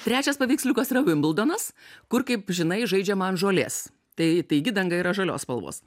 trečias paveiksliukas yra vimbldonas kur kaip žinai žaidžiama ant žolės tai taigi danga yra žalios spalvos